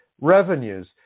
revenues